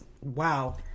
wow